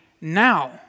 Now